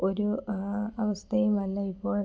ഒരു അവസ്ഥയും അല്ല ഇപ്പോൾ